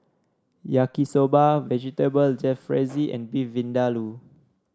Yaki Soba Vegetable Jalfrezi and Beef Vindaloo